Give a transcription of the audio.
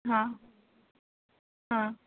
हं हं